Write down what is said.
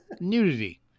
nudity